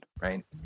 right